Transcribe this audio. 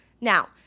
Now